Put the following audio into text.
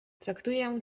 traktuję